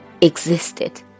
existed